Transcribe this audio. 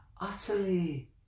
utterly